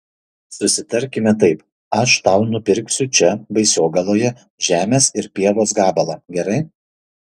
susitarkime taip aš tau nupirksiu čia baisogaloje žemės ir pievos gabalą gerai